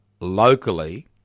locally